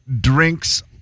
drinks